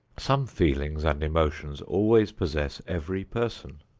some feelings and emotions always possess every person.